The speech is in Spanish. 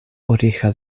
oreja